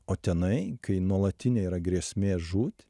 o tenai kai nuolatinė yra grėsmė žūt